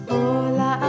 Hola